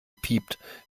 piept